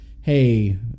hey